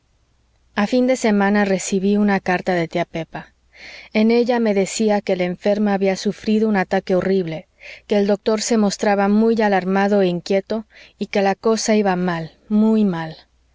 a fin de semana recibí una carta de tía pepa en ella me decía que la enferma había sufrido un ataque horrible que el doctor se mostraba muy alarmado e inquieto y que la cosa iba mal muy mal